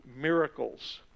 miracles